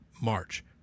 March